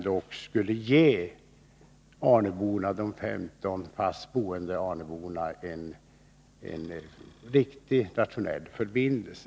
Det ger dock de 15 fast boende arnöborna en rationell förbindelse.